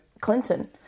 Clinton